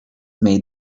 made